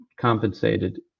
compensated